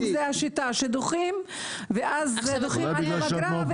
הרשימה הערבית המאוחדת): דוחים הרבה דברים עד לפגרה.